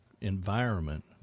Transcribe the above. environment